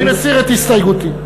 אני מסיר את הסתייגותי.